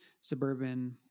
suburban